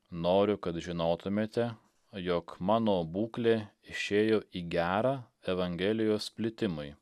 noriu kad žinotumėte jog mano būklė išėjo į gerą evangelijos plitimui